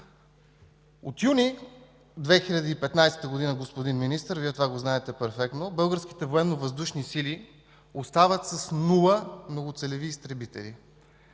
юни 2015 г., господин Министър – Вие знаете това перфектно, българските Военновъздушни сили остават с нула многоцелеви изтребители.